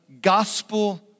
Gospel